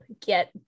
get